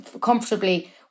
comfortably